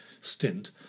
stint